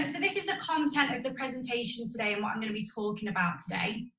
so this is the content of the presentation today, and what i'm going to be talking about today.